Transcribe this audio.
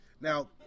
now